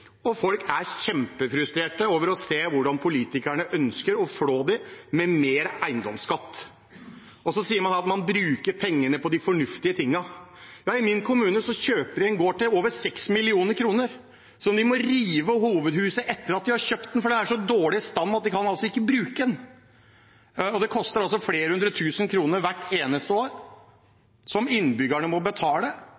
og folk er kjempefrustrerte over å se hvordan politikerne ønsker å flå dem med mer eiendomsskatt. Man sier at man bruker pengene på de fornuftige tingene. Nei, i min kommune kjøper de en gård til over 6 mill. kr, der de må rive hovedhuset etter at de har kjøpt den, fordi det er i så dårlig stand at man ikke kan bruke det. Det koster flere hundre tusen kroner hvert eneste år,